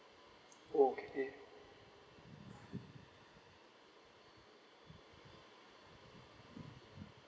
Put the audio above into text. okay